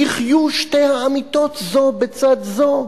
יחיו שתי האמיתות זו בצד זו.